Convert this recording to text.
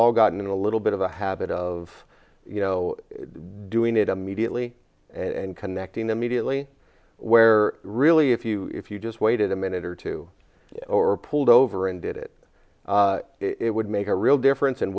all gotten a little bit of a habit of you know doing it immediately and connecting immediately where really if you if you just waited a minute or two or pulled over and did it it would make a real difference and